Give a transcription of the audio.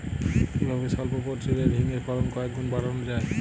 কিভাবে সল্প পরিচর্যায় ঝিঙ্গের ফলন কয়েক গুণ বাড়ানো যায়?